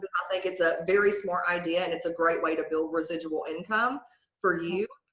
but think it's a very smart idea and it's a great way to build residual income for you.